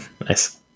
Nice